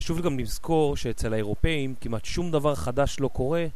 חשוב גם למזכור שאצל האירופאים כמעט שום דבר חדש לא קורה